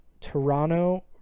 Toronto